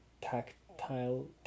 tactile